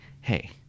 hey